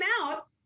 out